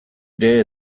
ere